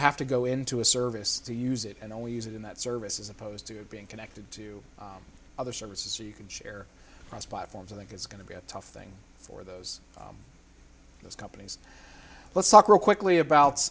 have to go into a service to use it and only use it in that service as opposed to being connected to other services so you can share price platforms i think is going to be a tough thing for those those companies let's talk real quickly about